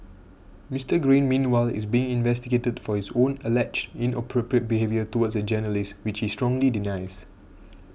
Mister Green meanwhile is being investigated for his own alleged inappropriate behaviour towards a journalist which he strongly denies